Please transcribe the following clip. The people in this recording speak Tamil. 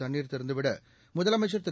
தண்ணீர் திறந்துவிட முதலமைச்ச் திரு